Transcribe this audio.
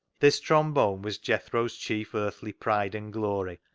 this trombone was jethro's chief earthly pride and glory,